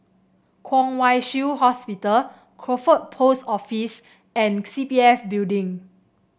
Kwong Wai Shiu Hospital Crawford Post Office and C P F Building